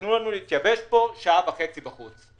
נתנו לנו להתייבש פה שעה וחצי בחוץ.